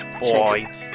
Boy